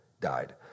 died